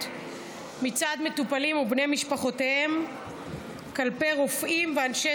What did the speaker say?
מצד מטופלים ובני משפחותיהם כלפי רופאים ואנשי